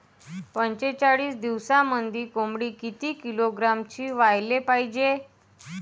पंचेचाळीस दिवसामंदी कोंबडी किती किलोग्रॅमची व्हायले पाहीजे?